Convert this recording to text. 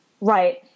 Right